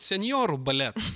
senjorų baletą